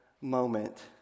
moment